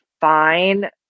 fine